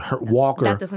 Walker